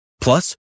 Plus